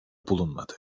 bulunmadı